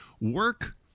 work